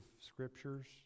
scriptures